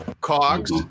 cogs